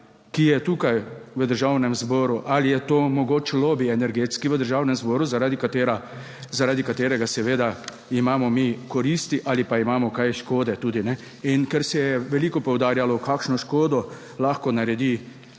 ki je tukaj v Državnem zboru, ali je to mogoč lobi energetski v Državnem zboru, zaradi katere, zaradi katerega seveda imamo mi koristi ali pa imamo kaj škode, tudi ne. In ker se je veliko poudarjalo kakšno škodo lahko naredi.